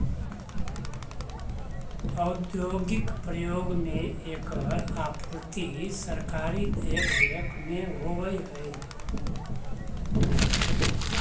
औद्योगिक प्रयोग में एकर आपूर्ति सरकारी देखरेख में होवऽ हइ